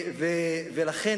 לכן,